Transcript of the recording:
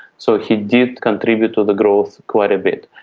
so he did contribute to the growth quite a bit.